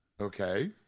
Okay